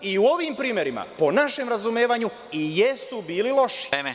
U ovim primerima, po našem razumevanju, jesu bili loši.